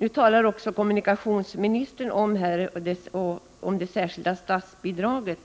Nu nämner kommunikationsministern också det särskilda statsbidraget